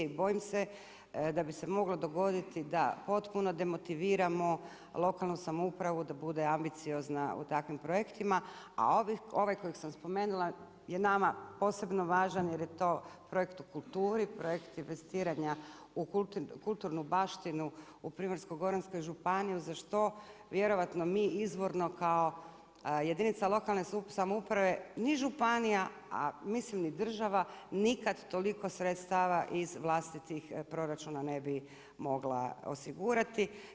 I bojim se da bi se moglo dogoditi da potpuno demotiviramo lokalnu samoupravu, da bude ambiciozna u takvim projektima a ovaj kojeg sam spomenula je nama posebno važan jer je to projekt u kulturi, projekt investiranja u kulturnu baštinu u Primorsko-goranskoj županiju za što vjerojatno mi izvorno kao jedinica lokalne samouprave ni županija mislim ni država nikada toliko sredstava iz vlastitih proračuna ne bi mogla osigurati.